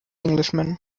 englishman